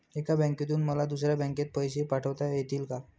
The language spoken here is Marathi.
एका बँकेतून मला दुसऱ्या बँकेत पैसे पाठवता येतील का?